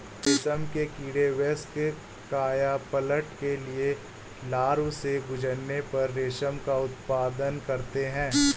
रेशम के कीड़े वयस्क कायापलट के लिए लार्वा से गुजरने पर रेशम का उत्पादन करते हैं